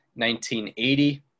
1980